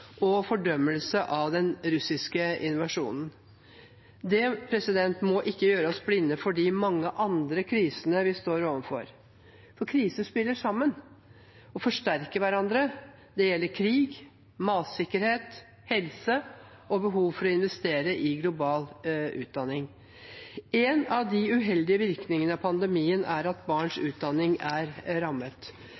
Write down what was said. og fordømmelse av den russiske invasjonen. Det må ikke gjøre oss blinde for de mange andre krisene vi står overfor, for kriser spiller sammen og forsterker hverandre. Det gjelder krig, matsikkerhet, helse og behovet for å investere i global utdanning. En av de uheldige virkningene av pandemien er at barns